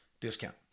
discount